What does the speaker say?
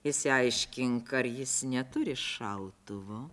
išsiaiškink ar jis neturi šautuvo